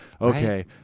Okay